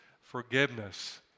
Forgiveness